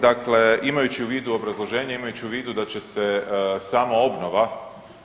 Dakle, imajući u vidu obrazloženje, imajući u vidu da će se samoobnova